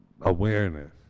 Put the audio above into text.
awareness